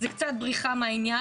זה קצת בריחה מהעניין.